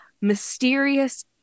mysterious